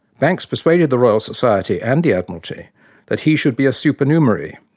banks persuaded the royal society and the admiralty that he should be a supernumerary,